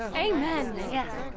amen! yes.